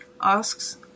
asks